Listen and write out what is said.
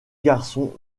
garçon